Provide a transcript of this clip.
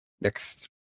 next